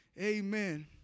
Amen